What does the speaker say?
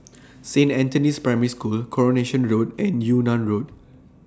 Saint Anthony's Primary School Coronation Road and Yunnan Road